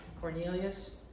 Cornelius